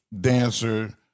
dancer